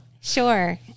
Sure